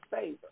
favor